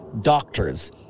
doctors